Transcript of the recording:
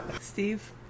Steve